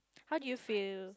how do you feel